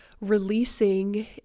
releasing